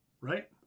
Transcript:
right